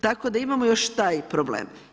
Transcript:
Tako da imamo još taj problem.